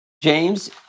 James